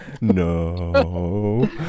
No